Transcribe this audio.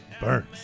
Burns